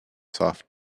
soft